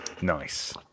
nice